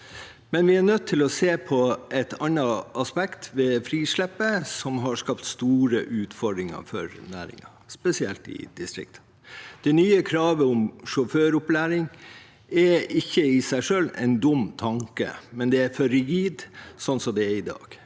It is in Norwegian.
men vi er nødt til å se på et annet aspekt: det frislippet som har skapt store utfordringer for næringen, spesielt i distriktene. Det nye kravet om sjåføropplæring er ikke i seg selv en dum tanke, men det er for rigid slik det er i dag.